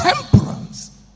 temperance